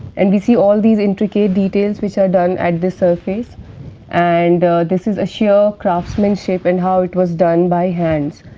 and, we see all these intricate details which are done at this surface and this is a shear craftsmanship and how it was done by hands.